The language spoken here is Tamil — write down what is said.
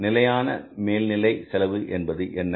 நிலையான மேல்நிலை செலவு என்பது என்ன